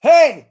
Hey